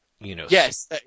Yes